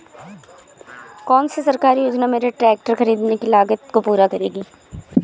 कौन सी सरकारी योजना मेरे ट्रैक्टर ख़रीदने की लागत को पूरा करेगी?